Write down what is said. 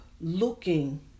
looking